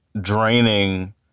draining